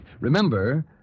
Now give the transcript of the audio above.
Remember